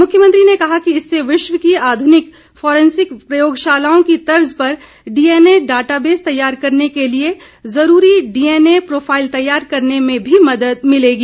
मुख्यमंत्री ने कहा कि इससे विश्व की आध्निक फॉरेंसिक प्रयोगशालाओं की तर्ज पर डीएनए डॉटाबेस तैयार करने के लिए जुरूरी डीएनए प्रोफाईल तैयार करने में भी मदद मिलेगी